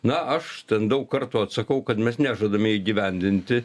na aš ten daug kartų atsakau kad mes nežadame įgyvendinti